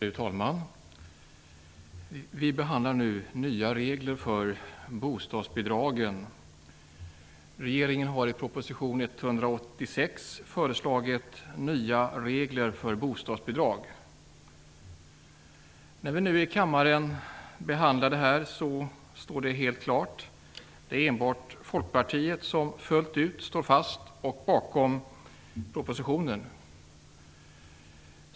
Fru talman! Vi behandlar nu nya regler för bostadsbidragen. Regeringen har i proposition 186 föreslagit nya regler för bostadsbidrag. När vi nu i kammaren behandlar förslaget står det helt klart att det enbart är Folkpartiet som fullt ut står bakom propositionen.